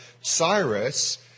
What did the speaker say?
Cyrus